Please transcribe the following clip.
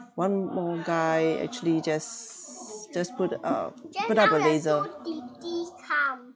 one more guy actually just just put uh put up a laser